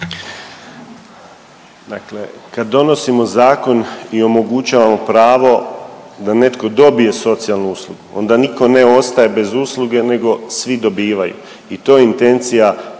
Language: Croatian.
kad donosimo zakon i omogućavamo pravo da netko dobije socijalnu uslugu onda niko ne ostaje bez usluge nego svi dobivaju i to je intencija